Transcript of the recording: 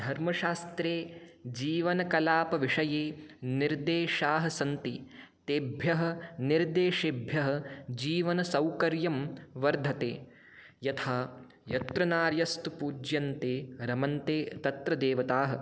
धर्मशास्त्रे जीवनकलापविषये निर्देशाः सन्ति तेभ्यः निर्देशेभ्यः जीवनसौकर्यं वर्धते यथा यत्र नार्यस्तु पूज्यन्ते रमन्ते तत्र देवताः